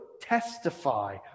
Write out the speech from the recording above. testify